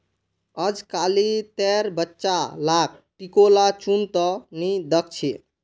अजकालितेर बच्चा लाक टिकोला चुन त नी दख छि